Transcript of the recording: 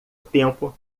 tempo